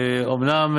אומנם,